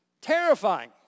Terrifying